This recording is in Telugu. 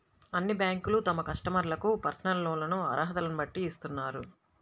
అన్ని బ్యేంకులూ తమ కస్టమర్లకు పర్సనల్ లోన్లను అర్హతలను బట్టి ఇత్తన్నాయి